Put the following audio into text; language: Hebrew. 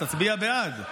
תצביע בעד.